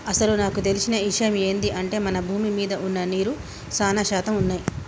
అసలు నాకు తెలిసిన ఇషయమ్ ఏంది అంటే మన భూమి మీద వున్న నీరు సానా శాతం వున్నయ్యి